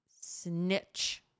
Snitch